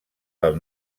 del